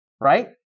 right